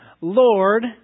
Lord